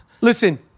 Listen